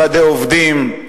ועדי עובדים.